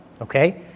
okay